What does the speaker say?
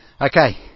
Okay